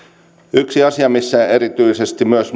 yksi asia mikä erityisesti myös